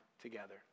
together